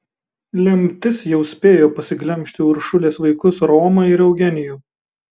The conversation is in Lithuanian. lemtis jau spėjo pasiglemžti uršulės vaikus romą ir eugenijų